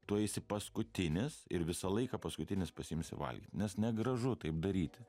tu eisi paskutinis ir visą laiką paskutinis pasiimsi valgyt nes negražu taip daryti